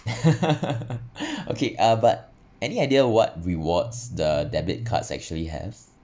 okay uh but any idea what rewards the debit cards actually has